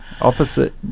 Opposite